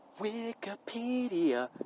Wikipedia